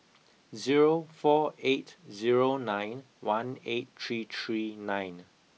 zero four eight zero nine one eight three three nine